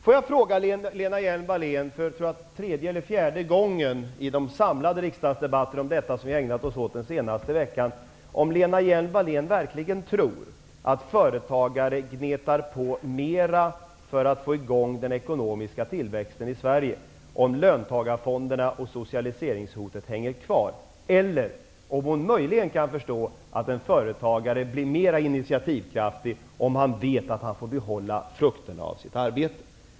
Får jag fråga Lena Hjelm-Wallén -- jag tror att det är tredje eller fjärde gången i de samlade riksdagsdebatter som vi har ägnat oss åt under den senaste veckan -- om hon verkligen tror att företagare gnetar på mera för att få i gång den ekonomiska tillväxten i Sverige om löntagarfonderna och socialiseringshotet hänger kvar, eller om hon möjligen kan förstå att en företagare blir mer initiativkraftig om han vet att han får behålla frukterna av sitt arbete?